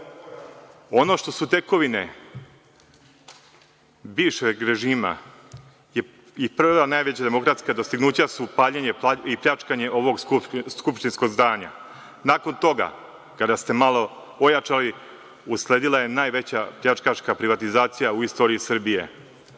što su tekovine bivšeg režima i prva najveća demokratska dostignuća su paljenje i pljačkanje ovog skupštinskog zdanja. Nakon toga, kada ste malo ojačali, usledila je najveća pljačkaška privatizacija u istoriji Srbije.